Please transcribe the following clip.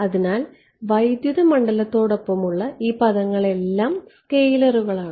അതിനാൽ വൈദ്യുത മണ്ഡലത്തോടൊപ്പമുള്ള ഈ പദങ്ങളെല്ലാം സ്കെയിലറുകളാണ്